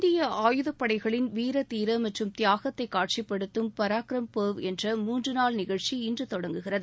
இந்திய ஆயுதப்படைகளின் வீர தீரம் மற்றும் தியாகத்தை காட்சிப்படுத்தும் பராக்ரம் பர்வ் என்ற மூன்று நாள் நிகழ்ச்சி இன்று தொடங்குகிறது